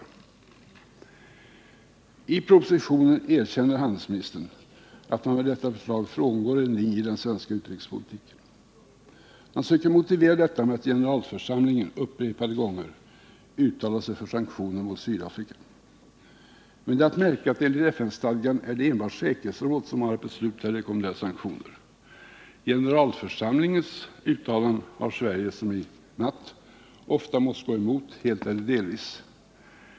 Fredagen den I propositionen erkänner handelsministern att man med detta förslag I juni 1979 frångår en linje i den svenska utrikespolitiken. Man söker motivera detta med att generalförsamlingen upprepade gånger uttalat sig för sanktioner mot Sydafrika. Men det är att märka att enligt FN-stadgan är det enbart säkerhetsrådet som har att besluta eller rekommendera sanktioner. Generalförsamlingens uttalanden har Sverige — som i natt — ofta måst gå emot helt eller delvis.